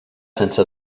sense